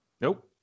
Nope